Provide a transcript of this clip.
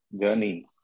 journey